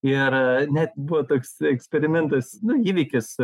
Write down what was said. ir net buvo toks eksperimentas nu įvykis